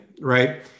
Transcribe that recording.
right